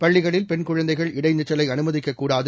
பள்ளிகளில் பெண் குழந்தைகள் இடைநிற்றலை அனுமதிக்க கூடாது